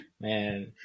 man